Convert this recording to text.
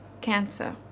cancer